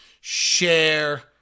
share